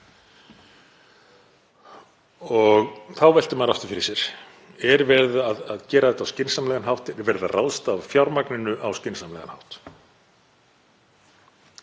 Þá veltir maður aftur fyrir sér: Er verið að gera þetta á skynsamlegan hátt? Er verið að ráðstafa fjármagninu á skynsamlegan hátt?